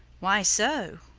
why so?